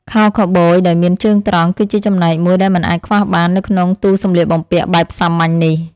ខោខូវប៊យដែលមានជើងត្រង់ គឺជាចំណែកមួយដែលមិនអាចខ្វះបាននៅក្នុងទូសម្លៀកបំពាក់បែបសាមញ្ញនេះ។